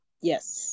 Yes